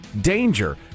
danger